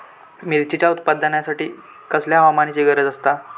मिरचीच्या उत्पादनासाठी कसल्या हवामानाची गरज आसता?